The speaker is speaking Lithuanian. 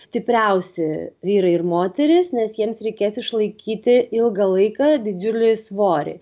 stipriausi vyrai ir moterys nes jiems reikės išlaikyti ilgą laiką didžiulį svorį